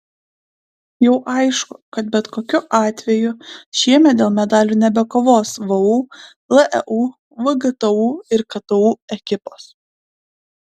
jau aišku kad bet kokiu atveju šiemet dėl medalių nebekovos vu leu vgtu ir ktu ekipos